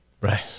Right